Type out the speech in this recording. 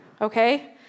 okay